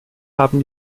haben